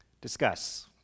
Discuss